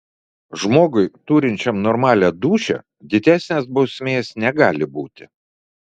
žmogui turinčiam normalią dūšią didesnės bausmės negali būti